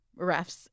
refs